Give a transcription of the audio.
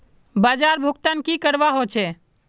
बाजार भुगतान की करवा होचे?